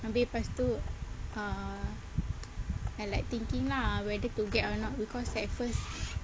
abeh lepas tu err I like thinking lah whether to get or not because at first